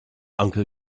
uncle